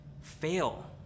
fail